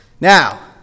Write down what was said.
Now